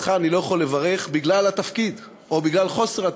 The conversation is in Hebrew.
לצערי אותך אני לא יכול לברך בגלל התפקיד או בגלל חוסר התפקיד.